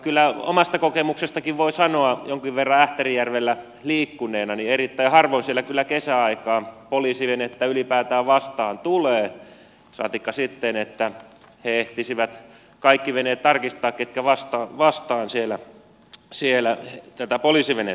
kyllä omasta kokemuksestakin voi sanoa jonkin verran ähtärinjärvellä liikkuneena että erittäin harvoin siellä kyllä kesäaikaan poliisivenettä ylipäätään vastaan tulee saatikka sitten että he ehtisivät kaikki veneet tarkistaa jotka siellä poliisivenettä vastaan tulevat